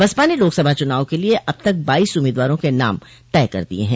बसपा ने लोकसभा चुनाव के लिये अब तक बाईस उम्मीदवारों के नाम तय कर दिये हैं